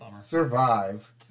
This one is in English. Survive